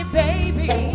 baby